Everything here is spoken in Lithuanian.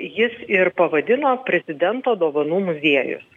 jis ir pavadino prezidento dovanų muziejus